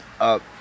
up